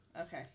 Okay